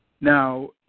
now